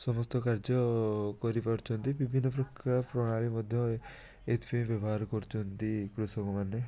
ସମସ୍ତ କାର୍ଯ୍ୟ କରିପାରୁଛନ୍ତି ବିଭିନ୍ନପ୍ରକାର ପ୍ରଣାଳୀମଧ୍ୟରେ ଏଥିରେ ବ୍ୟବହାର କରୁଛନ୍ତି କୃଷକମାନେ